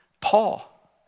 Paul